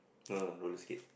no no roller skate